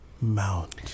mount